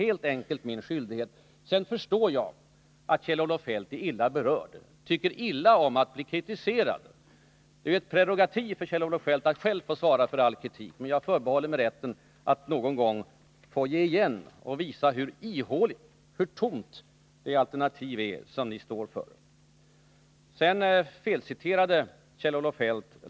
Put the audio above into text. Jag förstår att Kjell-Olof Feldt är illa berörd, tycker illa om att bli kritiserad. Det är ju ett prerogativ för Kjell-Olof Feldt att själv få svara för all kritik. Men jag förbehåller mig rätten att någon gång få ge igen och visa hur ihåligt det alternativ är som ni står för. Kjell-Olof Feldt felciterade Lars Tobisson.